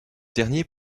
dernier